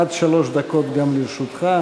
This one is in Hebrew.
עד שלוש דקות גם לרשותך.